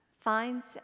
finds